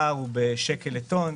הפער הוא בשקל לטון.